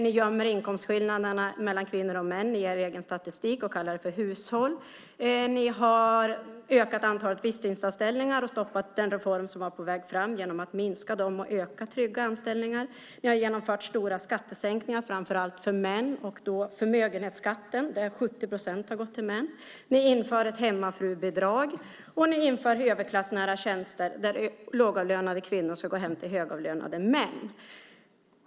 Ni gömmer inkomstskillnaderna mellan kvinnor och män i er egen statistik och talar om hushåll. Ni har ökat antalet visstidsanställningar och stoppat den reform som var på väg fram när det gäller att minska dem och att öka antalet trygga anställningar. Ni har genomfört stora skattesänkningar framför allt när det gäller män och då förmögenhetsskatten. 70 procent har gått till män. Ni inför ett hemmafrubidrag, och ni inför överklassnära tjänster. Lågavlönade kvinnor ska gå hem till högavlönade män.